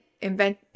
invent